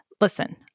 Listen